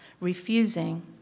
refusing